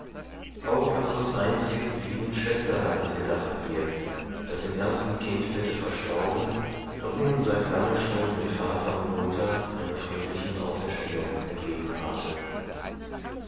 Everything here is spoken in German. auch unseres einzigen lieben schwesterleins gedachten wir das im ersten kindbette verstorben und nun seit lange schon mit vater und mutter einer fröhlichen auferstehung